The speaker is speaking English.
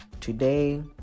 Today